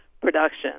production